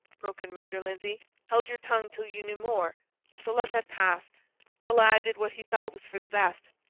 broke in mr. lindsey held your tongue till you knew more so let that pass the lad did what he thought was for the best.